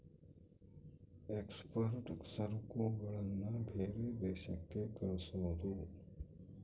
export ಸರಕುಗಳನ್ನ ಬೇರೆ ದೇಶಕ್ಕೆ ಕಳ್ಸೋದು